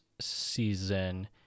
season